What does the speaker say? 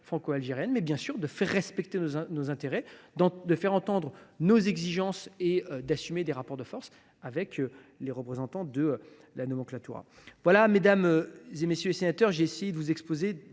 franco algérienne ; il est, bien sûr, de faire respecter nos intérêts, de faire entendre nos exigences et d’assumer le rapport de force avec les représentants de la nomenklatura. Mesdames, messieurs les sénateurs, j’ai essayé de vous exposer